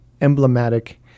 emblematic